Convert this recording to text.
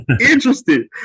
interested